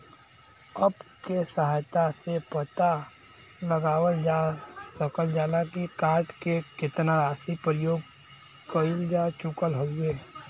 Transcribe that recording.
app के सहायता से पता लगावल जा सकल जाला की कार्ड से केतना राशि प्रयोग कइल जा चुकल हउवे